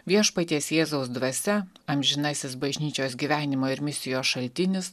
viešpaties jėzaus dvasia amžinasis bažnyčios gyvenimo ir misijos šaltinis